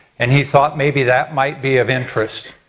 and he thought maybe that might be of interest.